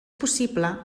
possible